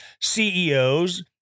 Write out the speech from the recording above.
CEOs